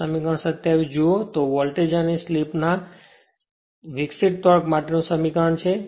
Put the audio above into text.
તેથી જુઓ સમીકરણ 27 તો વોલ્ટેજ અને સ્લિપ ના તરીકે વિકસિત ટોર્ક માટેનું સમીકરણ છે